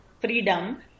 freedom